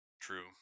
True